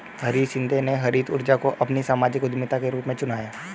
हरीश शिंदे ने हरित ऊर्जा को अपनी सामाजिक उद्यमिता के रूप में चुना है